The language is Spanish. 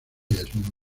desnudos